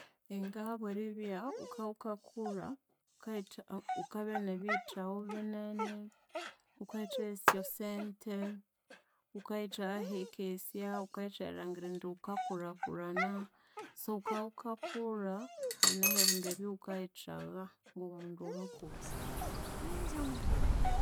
Inga ahabweribya wukabya wukakulha wukayitha wukabya ne biyithawa binene, wukayithagha esyosente, wukayithagha aherikyesya, wukayithagha erilhangira indi wukakulhakulhana, so wukabya wukakulha haneho ebindu ebyawukayithagha iwomundu mukulhu.